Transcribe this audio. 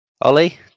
ollie